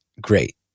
great